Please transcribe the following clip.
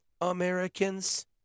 Americans